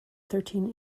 thirteen